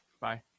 Bye